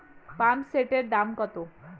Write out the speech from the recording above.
পাম্পসেটের দাম কত?